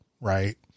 right